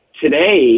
today